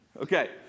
Okay